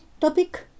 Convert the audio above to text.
topic